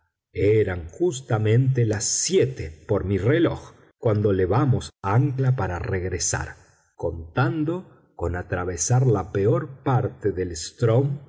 eran justamente las siete por mi reloj cuando levamos ancla para regresar contando con atravesar la peor parte del strm